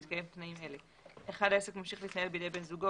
בהתקיים תנאים אלה: העסק ממשיך להתנהל בידי בן זוגו,